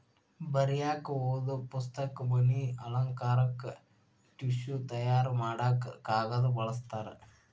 ಬರಿಯಾಕ ಓದು ಪುಸ್ತಕ, ಮನಿ ಅಲಂಕಾರಕ್ಕ ಟಿಷ್ಯು ತಯಾರ ಮಾಡಾಕ ಕಾಗದಾ ಬಳಸ್ತಾರ